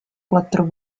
quattro